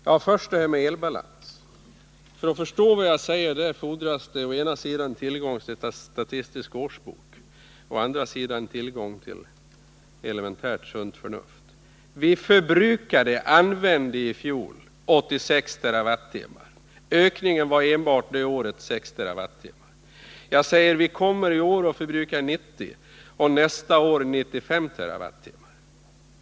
Herr talman! Jag vill först ta upp frågan om elbalansen. För att förstå vad jag säger fordras å ena sidan tillgång till Statistisk årsbok och å andra sidan tillgång till elementärt sunt förnuft. Vi förbrukade i fjol 86 TWh elkraft. Ökningen var enbart det året 6 TWh. Vi kommer i år att förbruka 90 och nästa år 95 TWh.